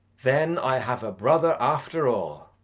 then i have a brother after all.